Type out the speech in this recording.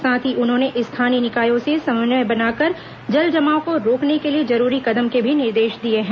साथ ही उन्होंने स्थानीय निकायों से समन्वय बनाकर जल जमाव को रोकने के लिए जरूरी कदम के भी निर्देश दिए हैं